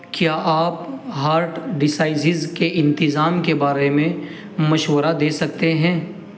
کیا آپ heart diseases کے انتظام کے بارے میں مشورہ دے سکتے ہیں